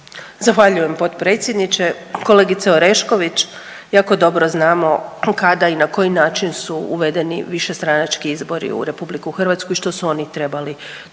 Zahvaljujem potpredsjedniče. Kolegice Orešković jako dobro znamo kada i na koji način su uvedeni višestranački izbori u Republiku Hrvatsku i što su oni trebali donijeti.